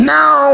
Now